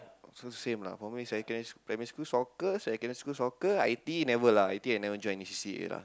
so same lah for me second primary school soccer secondary soccer I_T_E never lah I_T_E I never join any C_C_A lah